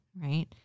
right